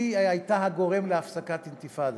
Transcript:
הייתה הגורם להפסקת אינתיפאדה,